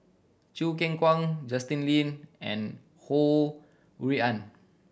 Choo Keng Kwang Justin Lean and Ho Rui An